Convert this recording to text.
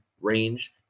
range